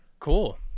Cool